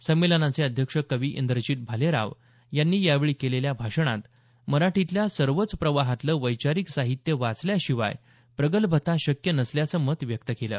संमेलनाचे अध्यक्ष कवी इंद्रजीत भालेराव यांनी यावेळी केलेल्या भाषणात मराठीतल्या सर्वच प्रवाहातलं वैचारिक साहित्य वाचल्याशिवाय प्रगल्भता शक्य नसल्याचं मत व्यक्त केलं